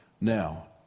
Now